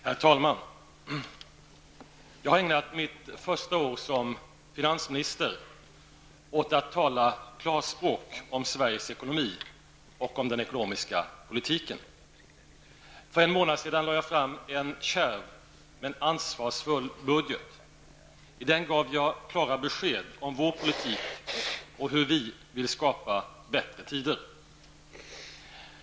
Herr talman! Jag har ägnat mitt första år som finansminister åt att tala klarspråk om Sveriges ekonomi och om den ekonomiska politiken. För en månad sedan lade jag fram en kärv men ansvarsfull budget. I den gav jag klara besked om vår politik och om hur vi vill skapa bättre tider.